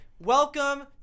welcome